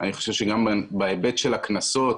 אני חושב שגם בהיבט של הקנסות,